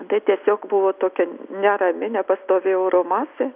bet tiesiog buvo tokia nerami nepastovi oro masė